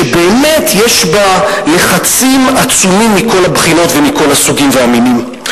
שבאמת יש בה לחצים עצומים מכל הבחינות ומכל הסוגים והמינים.